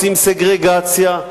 רוצים סגרגציה.